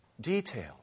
detail